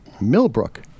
Millbrook